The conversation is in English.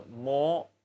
more